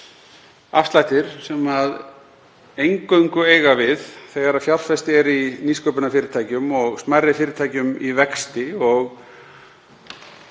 afslættir sem eingöngu eiga við þegar fjárfest er í nýsköpunarfyrirtækjum og smærri fyrirtækjum í vexti og